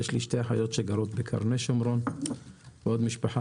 יש לי שתי אחיות שגרות בקרני שומרון ועוד משפחה